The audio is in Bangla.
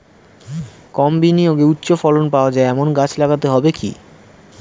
কম বিনিয়োগে উচ্চ ফলন পাওয়া যায় এমন গাছ লাগাতে হবে কি?